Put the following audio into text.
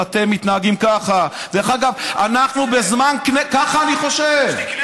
דרך אגב, כמעט אף אחד